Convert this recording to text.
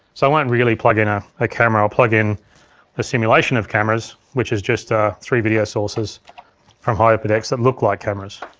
so i won't really plug in a a camera, i'll plug in a simulation of cameras which is just ah three video sources from hyperdecks that look like cameras.